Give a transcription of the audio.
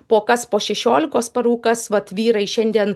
po kas po šešiolikos parų kas vat vyrai šiandien